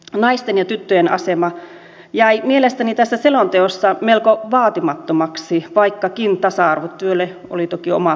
naisten ja tyttöjen asema jäi mielestäni tässä selonteossa melko vaatimattomaksi vaikkakin tasa arvotyölle oli toki oma kappaleensa